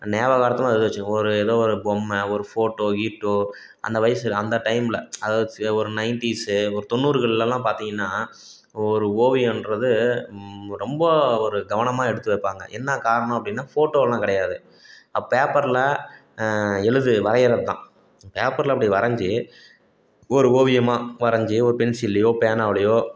ஞாபகார்த்தமாக ஏதாச்சும் ஒரு ஏதோ ஒரு பொம்மை ஒரு ஃபோட்டோ கீட்டோ அந்த வயசில் அந்த டைமில் அதாவது செ ஒரு நைன்ட்டீஸு ஒரு தொண்ணூறுகள்லெலாம் பார்த்திங்கன்னா ஒரு ஓவியன்றது ரொம்ப ஒரு கவனமாக எடுத்து வைப்பாங்க என்ன காரணம் அப்படின்னா ஃபோட்டோவெல்லாம் கிடையாது பேப்பரில் எழுது வரையறதுதான் பேப்பரில் அப்படி வரஞ்சு ஒரு ஓவியமாக வரஞ்சு ஒரு பென்சில்லையோ பேனாவிலையோ